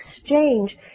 exchange